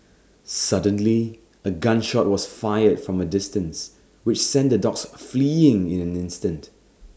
suddenly A gun shot was fired from A distance which sent the dogs fleeing in an instant